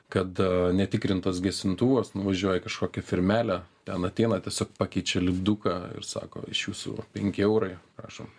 kad a netikrintas gesintuvas nuvažiuoji kažkokią firmelę ten ateina tiesiog pakeičia lipduką ir sako iš jūsų penki eurai prašom